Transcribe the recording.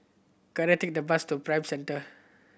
can I take the bus to Prime Centre